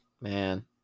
man